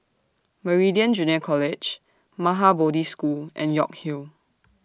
Meridian Junior College Maha Bodhi School and York Hill